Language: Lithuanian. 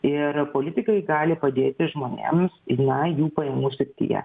ir politikai gali padėti žmonėms na jų pajamų srityje